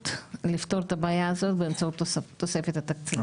לפתור את הבעיה הזו באמצעות תוספת לתקציבים,